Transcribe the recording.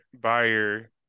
buyer